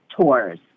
tours